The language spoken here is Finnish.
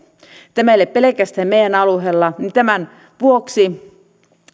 tämä ei ole pelkästään meidän alueellamme ja tämän vuoksi